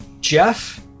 Jeff